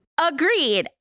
Agreed